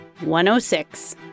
106